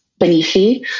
Benishi